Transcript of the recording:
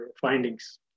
findings